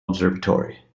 observatory